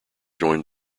joined